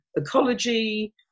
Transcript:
ecology